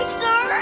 sir